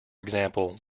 example